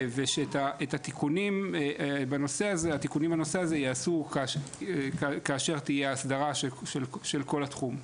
והתיקונים לנושא הזה ייעשו כשתהיה הסדרה של כל התחום.